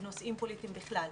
בנושאים פוליטיים בכלל,